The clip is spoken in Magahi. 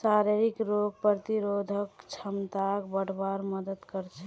शरीरक रोग प्रतिरोधक क्षमताक बढ़वार मदद कर छेक